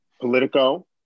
politico